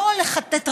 לא לכתת רגליים,